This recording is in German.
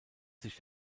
sich